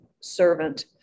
servant